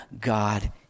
God